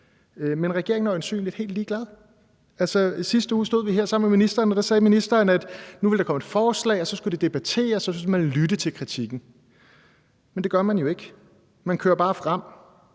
Men regeringen er øjensynligt helt ligeglad. Sidste uge stod vi her sammen med ministeren, og der sagde ministeren, at nu ville der komme et forslag, og så skulle det debatteres, og så ville man lytte til kritikken. Men det gør man jo ikke. Man kører bare frem